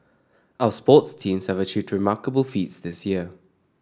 our sports teams have achieved remarkable feats this year